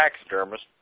taxidermist